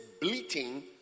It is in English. bleating